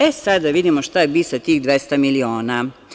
E sad, da vidimo šta bi sa 200 miliona.